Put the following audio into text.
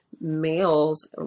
males